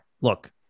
look